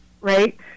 right